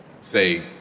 say